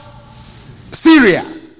Syria